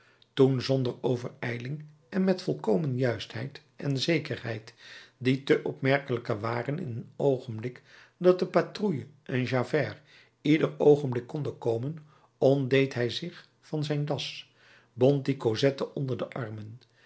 toen zonder overijling en met volkomen juistheid en zekerheid die te opmerkelijker waren in een oogenblik dat de patrouille en javert ieder oogenblik konden komen ontdeed hij zich van zijn das bond dien cosette onder de armen